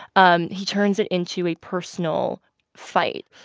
um he turns it into a personal fight.